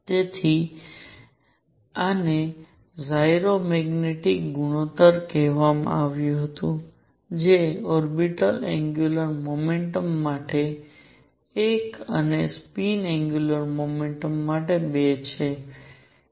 તેથી આને gyro magnetic ગુણોત્તર કહેવામાં આવતું હતું જે ઓર્બિટલ એંગ્યુલર મોમેન્ટમ માટે એક અને સ્પિન એંગ્યુલર મોમેન્ટમ માટે 2 છે